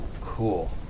Cool